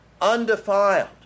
undefiled